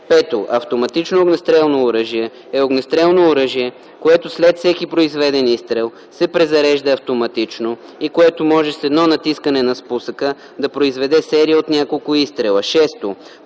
5. „Автоматично огнестрелно оръжие“ е огнестрелно оръжие, което след всеки произведен изстрел се презарежда автоматично и което може с едно натискане на спусъка да произведе серия от няколко изстрела. 6.